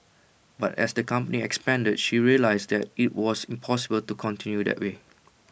but as the company expanded she realised that IT was impossible to continue that way